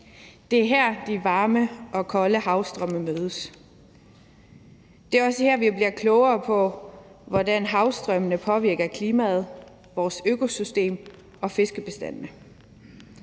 Det er her, de varme og kolde havstrømme mødes. Det er også her, vi bliver klogere på, hvordan havstrømmene påvirker klimaet, vores økosystem og fiskebestandene.